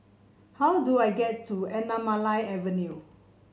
how do I get to Anamalai Avenue